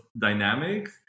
dynamics